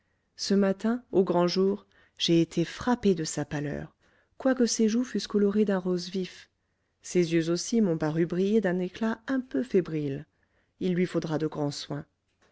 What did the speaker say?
ce matin au grand jour j'ai été frappé de sa pâleur quoique ses joues fussent colorées d'un rose vif ses yeux aussi m'ont paru briller d'un éclat un peu fébrile il lui faudra de grands soins